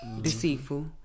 Deceitful